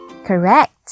Correct